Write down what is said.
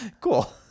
Cool